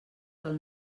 del